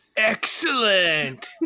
Excellent